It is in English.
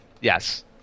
Yes